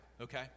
okay